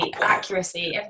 accuracy